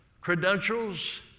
credentials